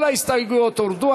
כל ההסתייגויות הורדו,